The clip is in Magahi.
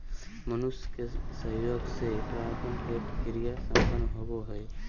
मनुष्य के सहयोग से परागण के क्रिया संपन्न होबो हइ